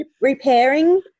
Repairing